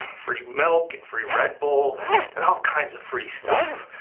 free milk and free red bull and all kinds of free stuff.